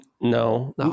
no